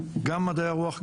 גם מדעי הרוח,